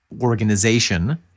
organization